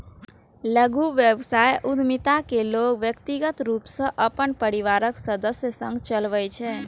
लघु व्यवसाय उद्यमिता कें लोग व्यक्तिगत रूप सं अपन परिवारक सदस्य संग चलबै छै